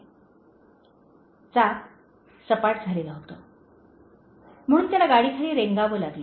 " चाक सपाट झालेले होते म्हणून त्याला गाडीखाली रेंगावे लागले